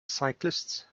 cyclists